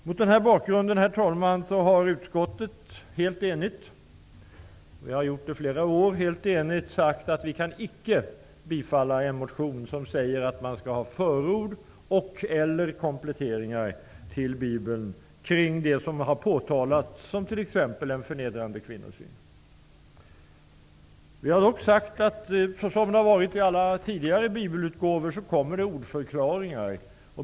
Mot denna bakgrund har vi i utskottet helt enigt -- vi har varit eniga i flera år -- sagt att vi icke kan bifalla en motion om att det skall vara förord eller kompletteringar till Bibeln kring det som har påtalats, t.ex. den förnedrande kvinnosynen. Vi har dock sagt att i likhet med tidigare Bibelutgåvor kommer det nu att finnas ordförklaringar.